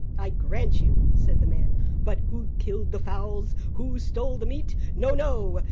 i grant you, said the man but who killed the fowls? who stole the meat? no, no!